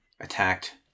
attacked